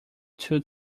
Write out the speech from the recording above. two